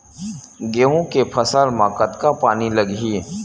गेहूं के फसल म कतका पानी लगही?